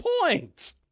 point